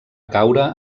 caure